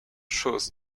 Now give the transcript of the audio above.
shoes